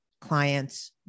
clients